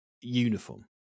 uniform